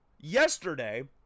yesterday